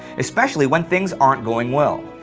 especially when things aren't going well.